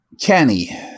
Kenny